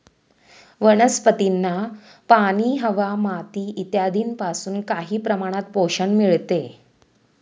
वनस्पतींना पाणी, हवा, माती इत्यादींपासून काही प्रमाणात पोषण मिळते